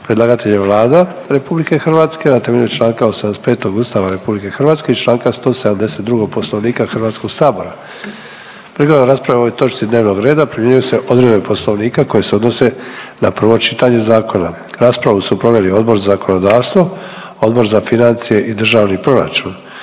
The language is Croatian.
Predlagatelj je Vlada RH na temelju čl. 85. Ustava RH i čl. 172. Poslovnika Hrvatskoga sabora. Prigodom rasprave o ovoj točki dnevnog reda primjenjuju se odredbe Poslovnika koje se odnose na prvo čitanje zakona. Raspravu su proveli Odbor za zakonodavstvo, Odbor za financije i državni proračun.